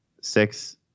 Six